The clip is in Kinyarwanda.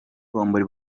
bombori